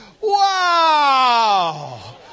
wow